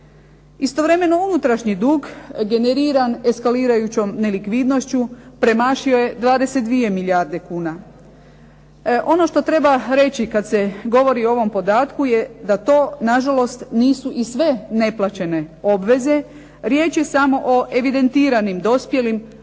Istovremeno unutarnji dug generiran eskalirajućom nelikvidnošću premašio je 22 milijarde kuna. Ono što treba reći kada se govori o ovom podatku je da to nažalost nisu i sve neplaćene obveze, riječ je samo o evidentiranim dospjelim, a ne